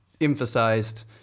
emphasized